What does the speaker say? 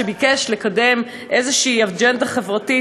שביקש לקדם איזושהי אג'נדה חברתית.